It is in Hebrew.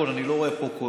בסך הכול אני לא רואה פה,